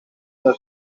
una